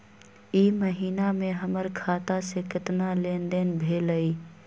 ई महीना में हमर खाता से केतना लेनदेन भेलइ?